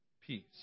peace